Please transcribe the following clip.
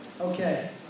Okay